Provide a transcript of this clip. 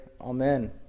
amen